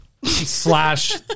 Slash